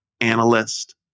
analyst